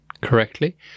correctly